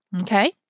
Okay